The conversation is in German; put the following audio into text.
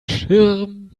schirm